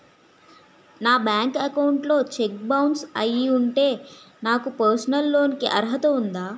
నా bank account లో cheque bounce అయ్యి ఉంటే నాకు పర్సనల్ లోన్ కీ అర్హత ఉందా?